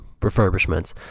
refurbishments